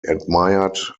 admired